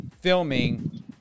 filming